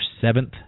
seventh